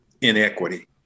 inequity